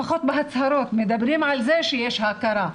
לפחות בהצהרות מדברים על זה שיש הכרה.